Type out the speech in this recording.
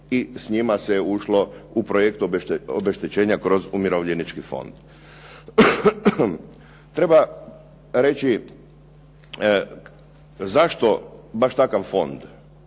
i s njima se ušlo u projekt obeštećenja kroz Umirovljenički fond. Treba reći zašto baš takav fond,